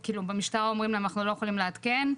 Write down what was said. במשטרה אומרים 'אנחנו לא יכולים לעדכן',